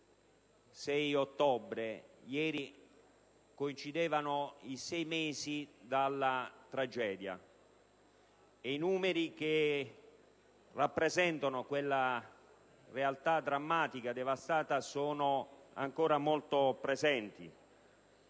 6 ottobre: sei mesi esatti sono passati dalla tragedia e i numeri che rappresentano quella realtà drammatica e devastata sono ancora molto presenti.